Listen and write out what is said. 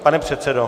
Pane předsedo.